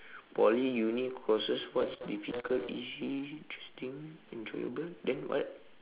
poly uni courses what's difficult easy interesting enjoyable then what